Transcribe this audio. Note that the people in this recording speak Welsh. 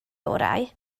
orau